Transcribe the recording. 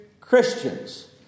Christians